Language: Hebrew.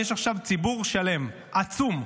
יש עכשיו ציבור שלם, עצום,